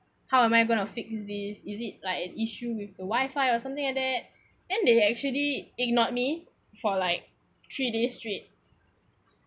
how am I going to fix this is it like an issue with the wifi or something like that then they actually ignored me for like three days straight